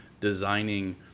designing